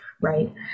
right